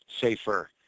safer